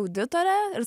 auditore ir